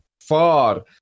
far